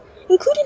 including